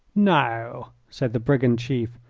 now, said the brigand chief,